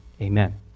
amen